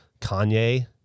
Kanye